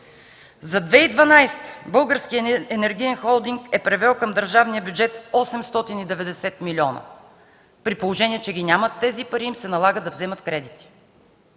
За 2012 г. Българският енергиен холдинг е привел към държавния бюджет 890 милиона, при положение че ги нямат тези пари и им се налага да вземат кредити!